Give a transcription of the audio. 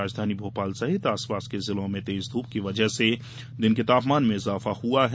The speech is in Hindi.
राजधानी भोपाल सहित आसपास के जिलों में तेज धूप की वजह से दिन के तापमान में इजाफा हुआ है